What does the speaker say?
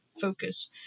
focus